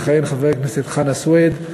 יכהן חבר הכנסת חנא סוייד.